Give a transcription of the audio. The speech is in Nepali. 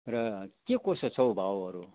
र के कसो छ हौ भाउहरू